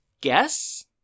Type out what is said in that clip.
guess